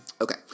Okay